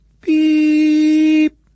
beep